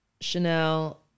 Chanel